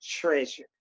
treasure